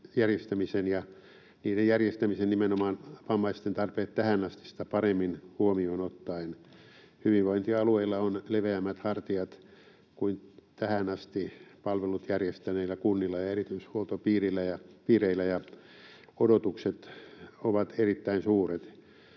järjestämisen ja niiden järjestämisen nimenomaan vammaisten tarpeet tähänastista paremmin huomioon ottaen. Hyvinvointialueilla on leveämmät hartiat kuin tähän asti palvelut järjestäneillä kunnilla ja erityishuoltopiireillä, ja odotukset ovat erittäin suuret.